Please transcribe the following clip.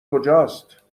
کجاست